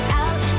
out